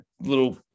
little